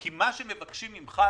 מה שמבקשים ממך,